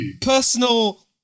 personal